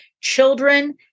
Children